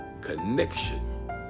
connection